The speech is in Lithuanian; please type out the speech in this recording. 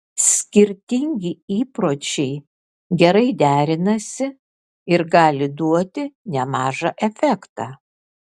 skirtingi įpročiai gerai derinasi ir gali duoti nemažą efektą